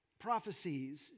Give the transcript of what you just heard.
prophecies